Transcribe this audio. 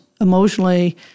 emotionally